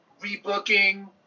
rebooking